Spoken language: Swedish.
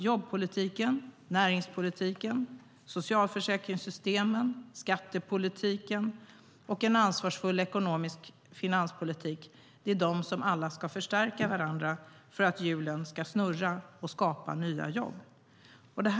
Jobbpolitiken, näringspolitiken, socialförsäkringssystemen, skattepolitiken och en ansvarsfull ekonomisk finanspolitik ska förstärka varandra för att hjulen ska snurra och för att det ska skapas nya jobb.